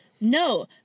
No